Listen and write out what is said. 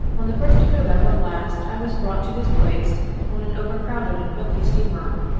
on the first of november last i was brought to this place on an over-crowded and filthy steamer,